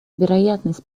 вероятность